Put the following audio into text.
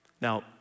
Now